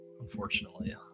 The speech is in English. Unfortunately